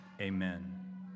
amen